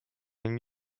and